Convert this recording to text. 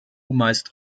meist